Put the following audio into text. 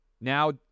now